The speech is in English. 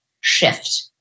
shift